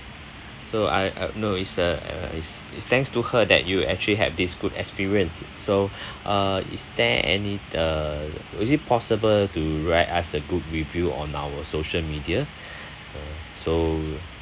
so I I no it's uh it's it's thanks to her that you actually had this good experience so uh is there any uh is it possible to write as a good review on our social media uh so